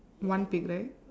one pig right